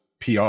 PR